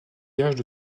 vierges